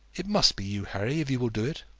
it must be you, harry, if you will do it.